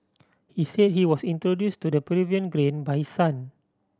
he said he was introduced to the Peruvian grain by son